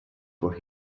for